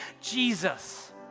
Jesus